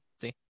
See